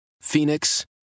Phoenix